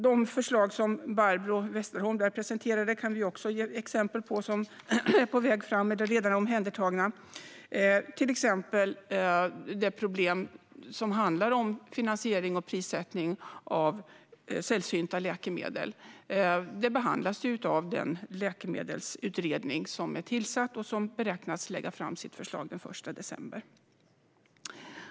De förslag som Barbro Westerholm presenterade är också sådant som är på väg fram eller redan är omhändertaget. Ett exempel är problemet med finansiering och prissättning av sällsynta läkemedel. Det behandlas av den läkemedelsutredning som är tillsatt och som beräknas lägga fram sitt förslag den 1 december.